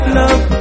love